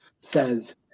says